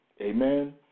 Amen